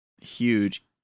huge